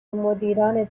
مدیران